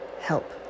help